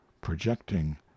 projecting